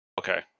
okay